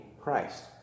Christ